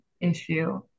issue